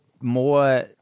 more